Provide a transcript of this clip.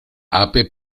app